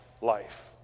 life